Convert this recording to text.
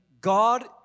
God